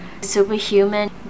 superhuman